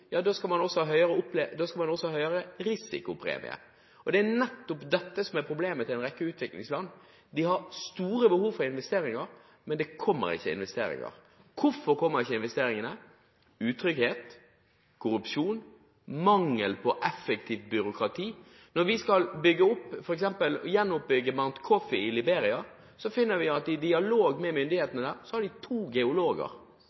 skal man også ha høyere risikopremie. Det er nettopp dette som er problemet for en rekke utviklingsland. De har store behov for investeringer, men det kommer ikke investeringer. Hvorfor kommer ikke investeringene? Jo: utrygghet, korrupsjon, mangel på effektivt byråkrati. Når vi f.eks. skal gjenoppbygge Mount Coffee i Liberia, finner vi ut i dialog med